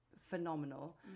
phenomenal